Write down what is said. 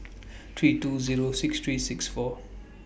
three two Zero six three six four